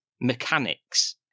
mechanics